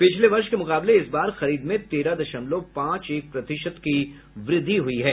पिछले वर्ष के मुकाबले इस बार खरीद में तेरह दशमलव पांच एक प्रतिशत की वृद्धि हुई है